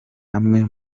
amwe